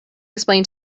explain